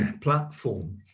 platform